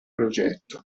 progetto